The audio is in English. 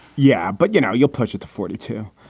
yeah but, you know, you'll push it to forty two.